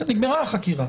נגמרה החקירה,